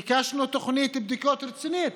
ביקשנו תוכנית בדיקות רצינית,